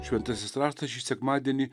šventasis raštas šį sekmadienį